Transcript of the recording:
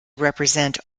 represent